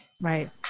Right